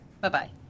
Bye-bye